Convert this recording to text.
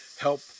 help